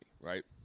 right